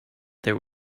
there